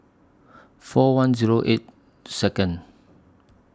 four one Zero eight Second